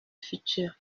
futur